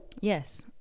Yes